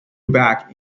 back